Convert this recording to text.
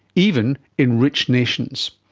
even in rich nations.